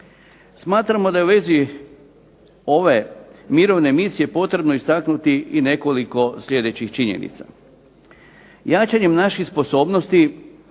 smatramo da je u vezi ove mirovne misije potrebno istaknuti i nekoliko sljedećih činjenica. Jačanjem naših sposobnosti